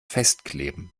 festkleben